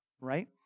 right